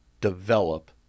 develop